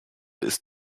ist